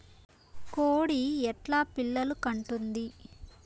కోడి ఎట్లా పిల్లలు కంటుంది?